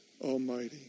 Almighty